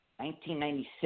1996